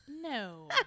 no